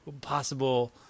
possible